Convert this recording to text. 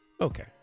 Okay